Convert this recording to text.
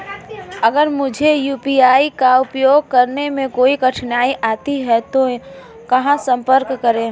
अगर मुझे यू.पी.आई का उपयोग करने में कोई कठिनाई आती है तो कहां संपर्क करें?